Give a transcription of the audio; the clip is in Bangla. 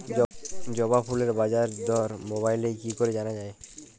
জবা ফুলের বাজার দর মোবাইলে কি করে জানা যায়?